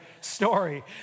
story